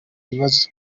ibibazo